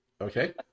Okay